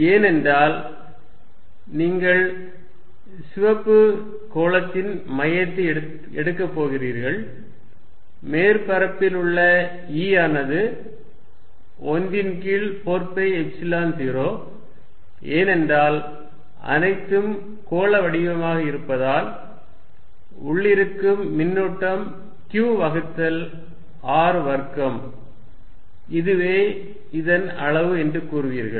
ஏனென்றால் நீங்கள் சிவப்பு கோளத்தின் மையத்தை எடுக்கப் போகிறீர்கள் மேற்பரப்பில் உள்ள E யானது 1 ன் கீழ் 4 பை எப்சிலன் 0 ஏனென்றால் அனைத்தும் கோள வடிவமாக இருப்பதால் உள்ளிருக்கும் மின்னூட்டம் Q வகுத்தல் R வர்க்கம் இதுவே இதன் அளவு என்று கூறுவீர்கள்